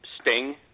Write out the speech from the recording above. Sting